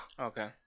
Okay